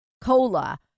cola